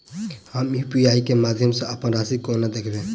हम यु.पी.आई केँ माध्यम सँ अप्पन राशि कोना देखबै?